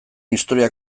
historia